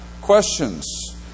questions